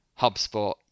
HubSpot